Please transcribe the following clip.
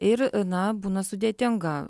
ir na būna sudėtinga